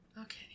Okay